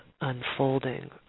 unfolding